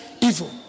evil